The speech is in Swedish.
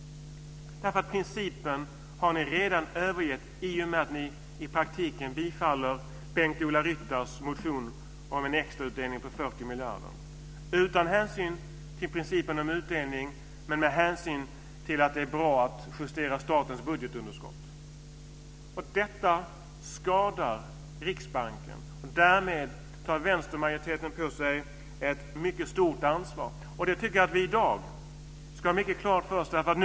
Ni har redan övergett den principen i och med att ni i praktiken bifaller Bengt Ola Ryttars motion om en extrautdelning på 40 miljarder. Ni gör detta utan hänsyn till principen om utdelning men med hänvisning till att det är bra att justera statens budgetunderskott. Detta skadar Riksbanken. Därmed tar vänstermajoriteten på sig ett mycket stort ansvar. Jag tycker att vi ska ha det mycket klart för oss i dag.